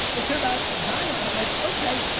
they care about zion. and i'm like, okay.